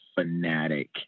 Fanatic